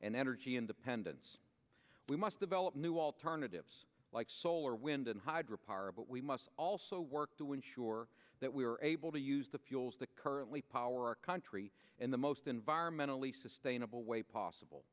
and energy independence we must develop new alternatives like solar wind and hydro power but we must also work to ensure that we were able to use the fuels that currently power our country in the most environmentally sustainable way possible